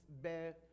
bear